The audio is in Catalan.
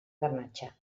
garnatxa